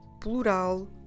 Plural